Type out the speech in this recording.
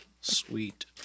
Sweet